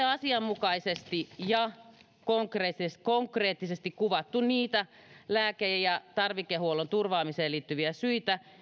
asianmukaisesti ja konkreettisesti konkreettisesti kuvattu niitä lääke ja tarvikehuollon turvaamiseen liittyviä syitä